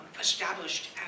established